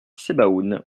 sebaoun